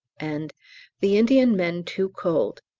and the indian men too cold,